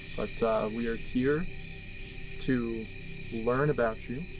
but we are here to learn about you.